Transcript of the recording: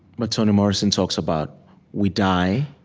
but toni morrison talks about we die,